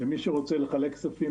שמי שרוצה לחלק כספים,